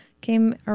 came